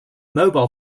mobile